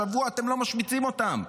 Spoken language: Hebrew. השבוע אתם לא משמיצים אותם,